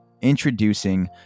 Introducing